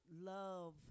love